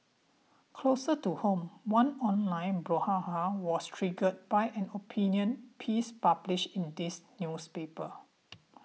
closer to home one online brouhaha was triggered by an opinion piece published in this newspaper